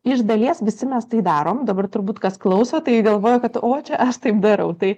iš dalies visi mes tai darom dabar turbūt kas klauso tai galvoja kad o čia aš taip darau tai